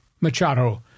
Machado